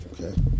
Okay